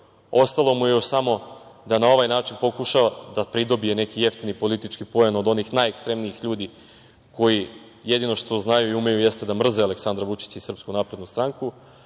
ostalo mu je još samo da na ovaj način pokuša da pridobije neki jeftin politički poen od onih najekstremnijih ljudi koji jedino što znaju i umeju jeste da mrze Aleksandra Vučića i SNS, ali uveren